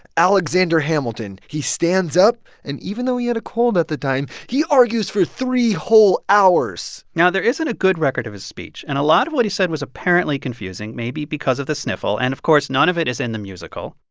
alexander hamilton. he stands up. and even though he had a cold at the time, he argues for three whole hours now there isn't a good record of his speech, and a lot of what he said was apparently confusing, maybe because of the sniffle. and, of course, none of it is in the musical.